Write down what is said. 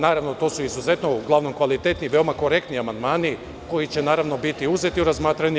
Naravno, to su izuzetno, uglavnom vrlo kvalitetni, veoma korektni amandmani koji će naravno biti uzeti u razmatranje.